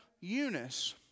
Eunice